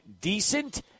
decent